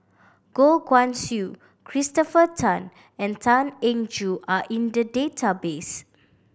Goh Guan Siew Christopher Tan and Tan Eng Joo are in the database